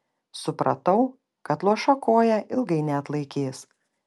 supratau kad luoša koja ilgai neatlaikys